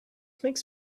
makes